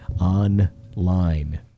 Online